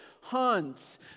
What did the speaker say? hunts